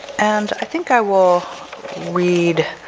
and i think i will read